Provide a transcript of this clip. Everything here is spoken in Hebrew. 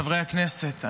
חברי הכנסת,